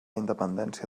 independència